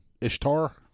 Ishtar